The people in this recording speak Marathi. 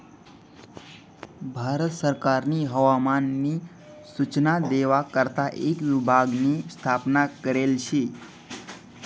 भारत सरकारनी हवामान नी सूचना देवा करता एक विभाग नी स्थापना करेल शे